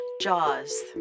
jaws